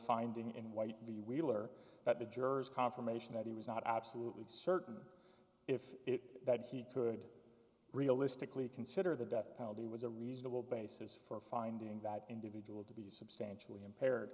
finding in whitely wheeler that the jurors confirmation that he was not absolutely certain or if that he could realistically consider the death penalty was a reasonable basis for finding that individual to be substantially impaired